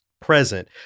present